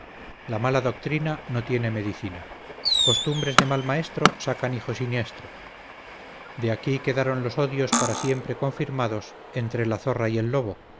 la mala doctrina no tiene medicina costumbres de mal maestro sacan hijo siniestro de aquí quedaron los odios para siempre confirmados entre la zorra y el lobo